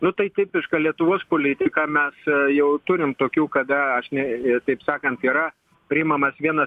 nu tai tipiška lietuvos politika mes jau turim tokių kada aš ne taip sakant yra priimamas vieną